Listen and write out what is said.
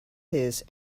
his